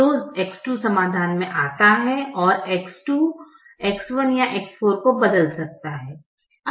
तो X2 समाधान में आता है और X2 X1 या X4 को बदल सकता हैं